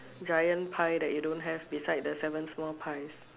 giant pie that you don't have beside the seven small pies